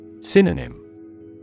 Synonym